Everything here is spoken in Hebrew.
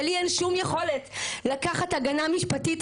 ולי אין שום יכולת כלכלית לקחת הגנה משפטית.